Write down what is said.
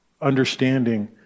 understanding